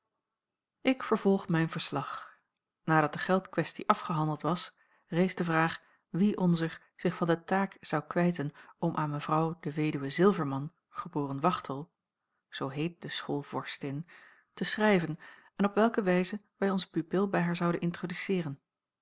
ik vervolg mijn verslag nadat de geldquestie afgehandeld was rees de vraag wie onzer zich van de taak zou kwijten om aan mevr de wed zilverman geboren wachtel zoo heet de schoolvorstin te schrijven en op welke wijze wij onze pupil bij haar zouden introduceeren